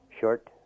Short